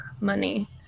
money